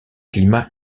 climat